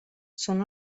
són